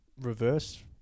reverse